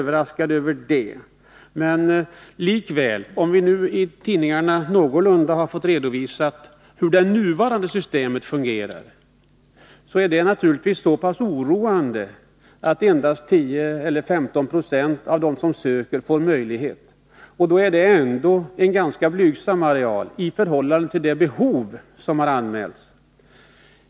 Det var kanske inte överraskande. Vi har nu i tidningarna fått redovisat hur det nuvarande systemet fungerar, och jag finner det oroande att endast 10 eller 15 96 av dem som söker tillstånd till besprutning får sådant. Då är det ändå en ganska blygsam areal man ansökt om tillstånd för i förhållande till det behov som har anmälts.